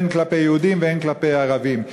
הן כלפי יהודים והן כלפי ערבים.